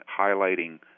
highlighting